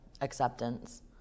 acceptance